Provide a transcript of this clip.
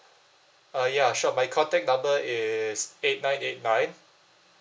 uh ya sure my contact number is eight nine eight nine